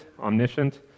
omniscient